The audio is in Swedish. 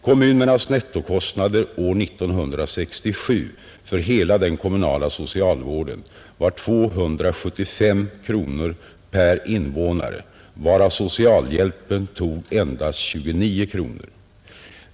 Kommunernas nettokostnader år 1967 för hela den kommunala socialvården var 275 kronor per invånare, varav socialhjälpen tog endast 29 kronor.